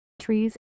trees